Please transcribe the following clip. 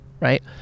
right